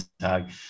tag